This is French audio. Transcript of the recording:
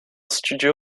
studio